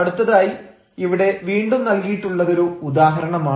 അടുത്തതായി ഇവിടെ വീണ്ടും നൽകിയിട്ടുള്ളതൊരു ഉദാഹരണമാണ്